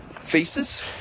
faces